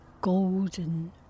golden